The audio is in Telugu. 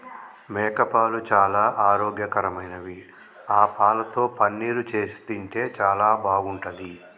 మేకపాలు చాలా ఆరోగ్యకరమైనవి ఆ పాలతో పన్నీరు చేసి తింటే చాలా బాగుంటది